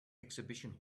exhibition